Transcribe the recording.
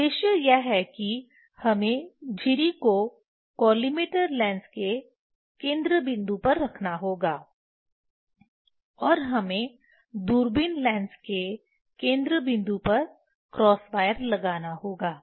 उद्देश्य यह है कि हमें झिरी को कॉलिमेटर लेंस के केंद्र बिंदु पर रखना होगा और हमें दूरबीन लेंस के केंद्र बिंदु पर क्रॉस वायर लगाना होगा